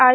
I